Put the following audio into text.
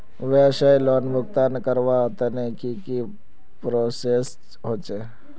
व्यवसाय लोन भुगतान करवार तने की की प्रोसेस होचे?